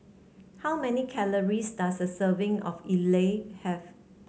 how many calories does a serving of idly have